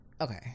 Okay